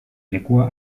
lekua